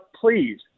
please